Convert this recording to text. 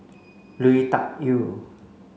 Lui Tuck Yew